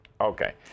okay